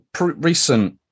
Recent